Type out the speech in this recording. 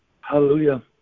Hallelujah